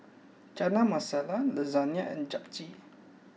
Chana Masala Lasagne and Japchae